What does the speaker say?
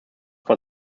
vor